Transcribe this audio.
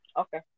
Okay